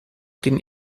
den